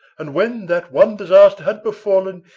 and when that one disaster had befallen,